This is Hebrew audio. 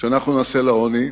שאנחנו נעשה לעוני,